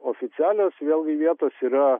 oficialios vėlgi vietos yra